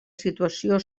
situació